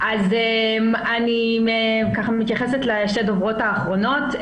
אני מתייחסת לשתי הדוברות האחרונות.